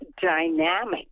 dynamic